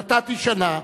נתתי שנה,